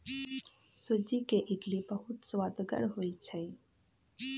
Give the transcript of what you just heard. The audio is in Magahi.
सूज्ज़ी के इडली बहुत सुअदगर होइ छइ